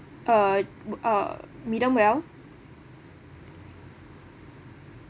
uh uh medium well